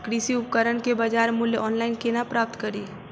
कृषि उपकरण केँ बजार मूल्य ऑनलाइन केना प्राप्त कड़ी?